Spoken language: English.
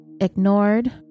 ignored